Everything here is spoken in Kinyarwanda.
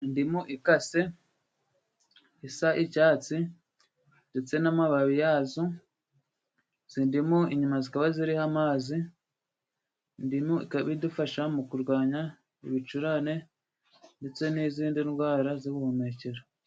Indimu ikase isa icyatsi ndetse n'amababi yazo, izi ndimu inyama zikaba ziriho amazi, indimu ikaba idufasha mu kurwanya ibicurane ndetse n'izindi ndwara z'ubuhumekero.